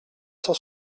cent